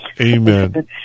Amen